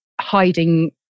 hiding